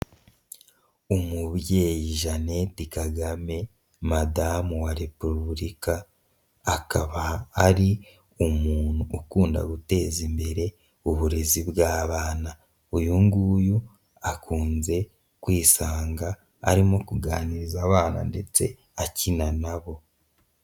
Umubyeyi Jeannette Kagame madamu wa repubulika, akaba ari umuntu ukunda guteza imbere uburezi bw'abana, uyu nnguyu akunze kwisanga arimo kuganiriza abana ndetse akina na bo.